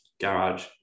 garage